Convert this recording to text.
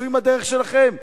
'כנסו עם הדרך שלכם,